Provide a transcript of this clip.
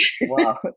Wow